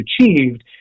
achieved